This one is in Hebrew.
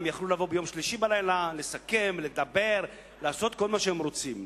הם יכלו לבוא ביום שלישי בלילה לסכם ולדבר ולעשות כל מה שהם רוצים.